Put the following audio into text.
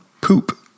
poop